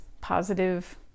positive